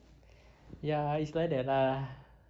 ya it's like that lah